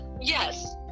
yes